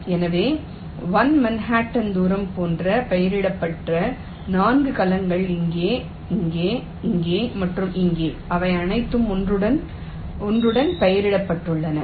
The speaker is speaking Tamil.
எனவே 1 மன்ஹாட்டன் தூரம் போன்ற பெயரிடப்பட்ட 4 கலங்கள் இங்கே இங்கே இங்கே மற்றும் இங்கே அவை அனைத்தும் ஒன்றுடன் பெயரிடப்பட்டுள்ளன